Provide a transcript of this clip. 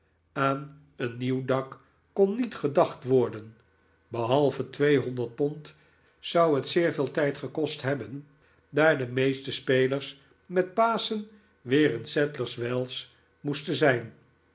aan een nieuw dak kon niet gedacht worden behalve tweehonderd pond zou het zeer veel tijd gekost hebben daar de meeste spelers met paschen weer in sadlers wells moesten zijn